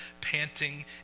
panting